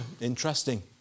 Interesting